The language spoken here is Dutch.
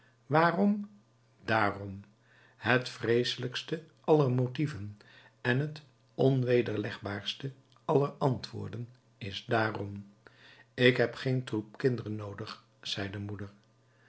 waarom daarom het vreeselijkste aller motieven en het onwederlegbaarste aller antwoorden is dààrom ik heb geen troep kinderen noodig zei de moeder